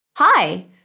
Hi